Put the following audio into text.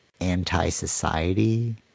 anti-society